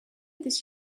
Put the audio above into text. this